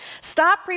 Stop